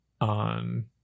on